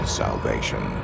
salvation